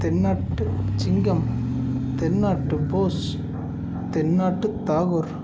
தென்னாட்டு சிங்கம் தென்னாட்டு போஸ் தென்னாட்டு தாகூர்